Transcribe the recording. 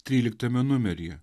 tryliktame numeryje